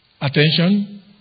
attention